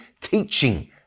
teaching